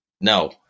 No